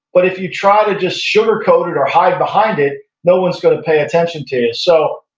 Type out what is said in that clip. but if you try to just sugarcoat it or hide behind it no one's going to pay attention to you so,